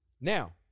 Now